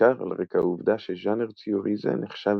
בעיקר על רקע העובדה שז'אנר ציורי זה נחשב